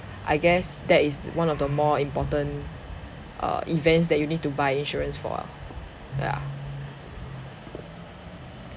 I guess that is one of the more important err events that you need to buy insurance for ah ya